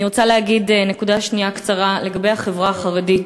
אני רוצה להגיד נקודה שנייה קצרה לגבי החברה החרדית.